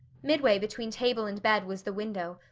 midway between table and bed was the window,